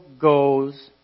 goes